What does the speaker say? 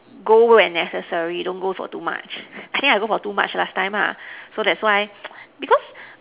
go when necessary don't go for too much think I go for too much last time so that's why because